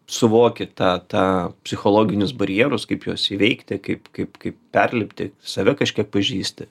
suvoki tą tą psichologinius barjerus kaip juos įveikti kaip kaip kaip perlipti save kažkiek pažįsti